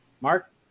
Mark